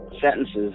sentences